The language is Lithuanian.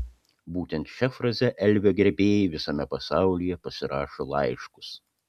būtent šia fraze elvio gerbėjai visame pasaulyje pasirašo laiškus